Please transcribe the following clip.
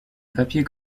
papier